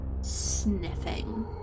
sniffing